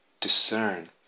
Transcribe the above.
discern